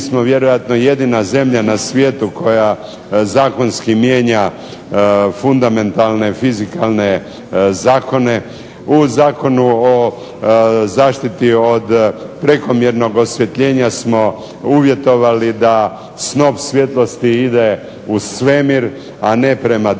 Mi smo vjerojatno jedina zemlja na svijetu koja zakonski mijenja fundamentalne fizikalne zakone. U Zakonu o zaštiti od prekomjernog osvjetljenja smo uvjetovali da snop svjetlosti ide u svemir a ne prema dole.